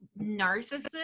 narcissist